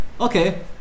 Okay